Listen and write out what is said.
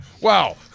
Wow